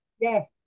yes